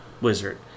Wizard